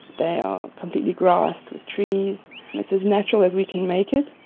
they are completely grassed, with trees, and it's as natural as we can make it.